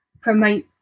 promote